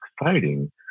exciting